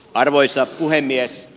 arvoisa puhemies